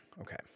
Okay